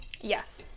Yes